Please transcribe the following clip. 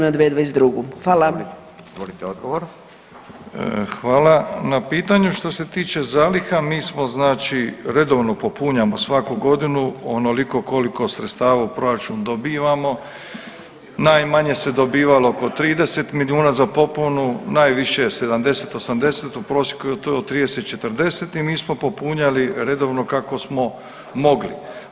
na pitanju, što se tiče zaliha mi smo znači redovno popunjamo svaku godinu onoliko koliko sredstava u proračunu dobivamo, najmanje se dobivalo oko 30 milijuna za popunu, najviše 70-80, u prosjeku je to 30-40 i mi smo popunjali redovno kako smo mogli.